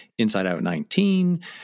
insideout19